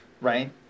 right